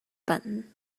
button